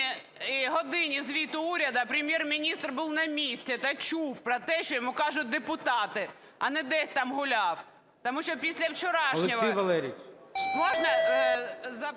"годині звіту Уряду" Прем'єр-міністр був на місці та чув про те, що йому кажуть депутати, а не десь там гуляв. Тому що після вчорашнього… ГОЛОВУЮЧИЙ. Олексій Валерійович!